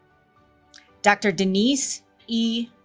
dr. denise e.